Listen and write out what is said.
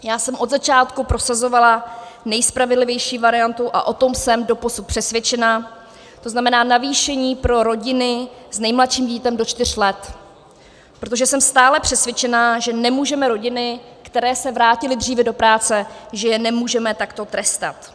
Já jsem od začátku prosazovala nejspravedlivější variantu, a o tom jsem doposud přesvědčená, to znamená navýšení pro rodiny s nejmladším dítětem do čtyř let, protože jsem stále přesvědčená, že nemůžeme rodiny, které se vrátily dříve do práce, takto trestat.